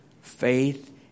Faith